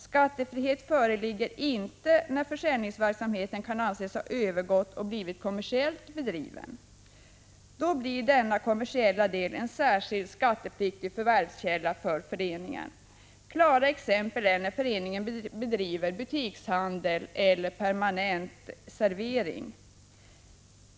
Skattefrihet föreligger inte när försäljningsverksamheten kan anses ha blivit kommersiellt bedriven. Då blir denna kommersiella del en särskild skattepliktig förvärvskälla för föreningen. Klara exempel är när föreningen bedriver butikshandel eller permanent servering.